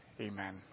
amen